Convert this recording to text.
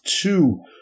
two